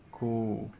cool